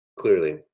clearly